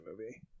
movie